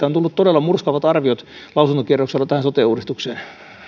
on tullut todella murskaavat arviot lausuntokierroksella tähän sote uudistukseen